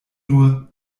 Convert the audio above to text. nur